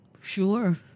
Sure